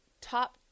Top